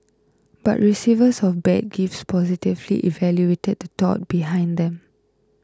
but receivers of bad gifts positively evaluated the thought behind them